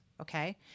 Okay